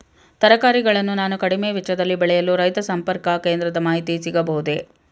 ತರಕಾರಿಗಳನ್ನು ನಾನು ಕಡಿಮೆ ವೆಚ್ಚದಲ್ಲಿ ಬೆಳೆಯಲು ರೈತ ಸಂಪರ್ಕ ಕೇಂದ್ರದ ಮಾಹಿತಿ ಸಿಗಬಹುದೇ?